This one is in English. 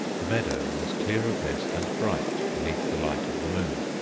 the meadow was clear of mist and bright beneath the light of the moon.